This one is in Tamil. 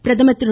பிரதமர் திரு